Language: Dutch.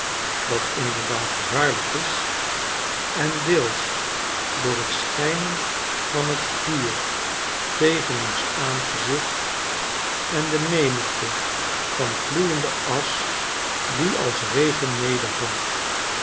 en deels door het schijnen van het vuur tegenonsaangezicht en de menigte van gloeiende asch die als regen